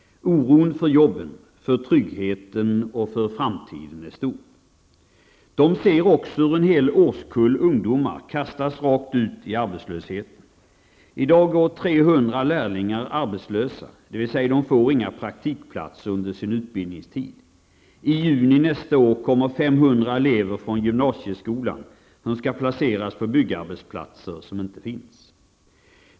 Oron för jobben, för tryggheten och för framtiden är stor. De ser också hur en hel årskull ungdomar kastas rakt ut i arbetslösheten. I dag går 300 lärlingar arbetslösa, dvs. de får inga praktikplatser under sin utbildningstid. I juni nästa år kommer 500 elever från gymnasieskolan, vilka skall placeras på byggarbetsplatser som inte finns.